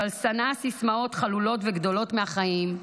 אבל שנאה סיסמאות חלולות וגדולות מהחיים,